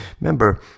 Remember